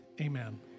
amen